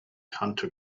hunter